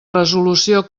resolució